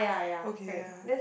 okay ya